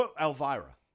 Elvira